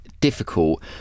difficult